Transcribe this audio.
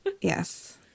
Yes